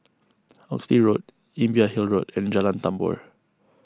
Oxley Road Imbiah Hill Road and Jalan Tambur